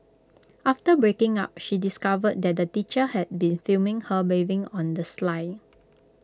after breaking up she discovered that the teacher had been filming her bathing on the sly